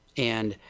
and,